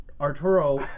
Arturo